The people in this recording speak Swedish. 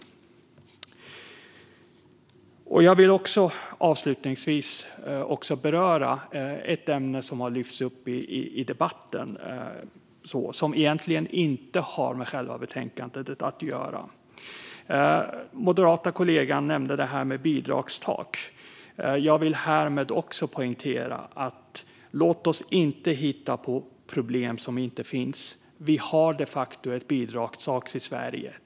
Jag vill avslutningsvis beröra ett ämne som har lyfts upp i debatten men som egentligen inte har med själva betänkandet att göra. Min moderata kollega nämnde bidragstak. Låt oss inte hitta på problem som inte finns! Det vill jag poängtera. Vi har de facto ett bidragstak i Sverige.